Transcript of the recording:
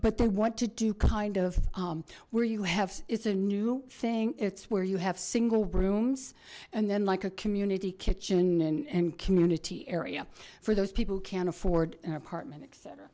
but they want to do kind of where you have is a new thing it's where you have single rooms and then like a community kitchen and community area for those people can't afford an apartment et